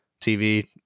TV